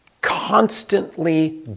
constantly